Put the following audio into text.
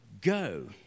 go